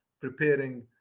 preparing